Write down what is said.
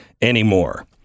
anymore